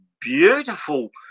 beautiful